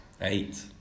eight